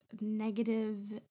negative